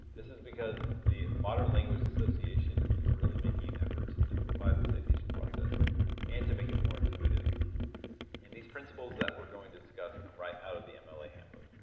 this is because the modern language association is really making an effort to simplify the citation process and to make it more intuitive and these principles that we're going to discuss come right out of the mla handbook.